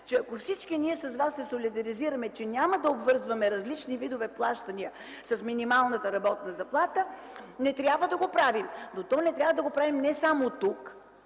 че ако всички ние се солидаризираме, че няма да обвързваме различни видове плащания с минималната работна заплата, не трябва да го правим. Не трябва да го правим не само тук,